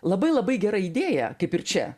labai labai gera idėja kaip ir čia